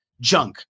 junk